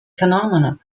phenomena